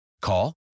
Call